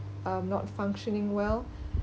um not functioning well